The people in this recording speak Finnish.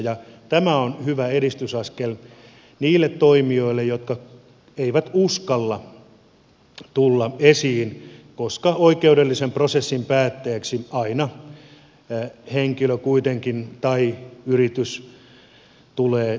ja tämä on hyvä edistysaskel niille toimijoille jotka eivät uskalla tulla esiin koska oikeudellisen prosessin päätteeksi aina henkilö tai yritys kuitenkin tulee tiettäväksi